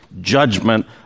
judgment